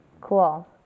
Cool